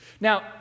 now